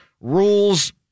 rules